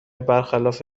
برخلاف